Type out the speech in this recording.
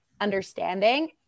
understanding